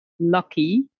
lucky